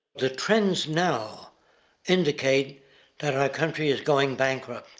the trends now indicate that our country is going bankrupt.